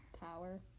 Power